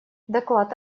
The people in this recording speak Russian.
доклад